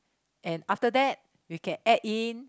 and after that we can add in